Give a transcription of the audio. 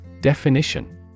Definition